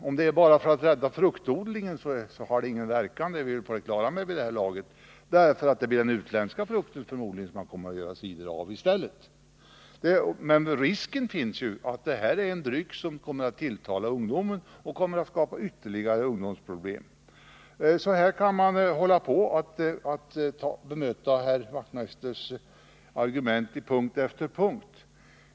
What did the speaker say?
Om det gäller att rädda fruktodlingar så har förslaget ingen verkan — det är vi helt på det klara med vid det här laget, därför att det förmodligen blir utländsk frukt som man kommer att göra cider av i stället. Men risken finns att detta kommer att bli en dryck som tilltalar ungdomen och som kommer att skapa ytterligare ungdomsproblem. Så här kan man hålla på att bemöta herr Wachtmeisters argument på punkt efter punkt.